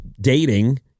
dating